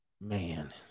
Man